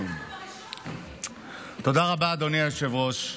תודה רבה, אדוני היושב-ראש.